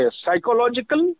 psychological